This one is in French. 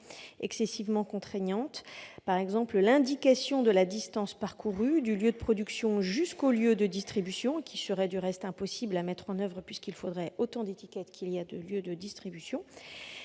excessivement contraignantes, par exemple l'indication de la distance parcourue du lieu de production jusqu'au lieu de distribution, qui serait du reste impossible à mettre en oeuvre puisqu'il faudrait autant d'étiquettes qu'il y a de lieux de distribution,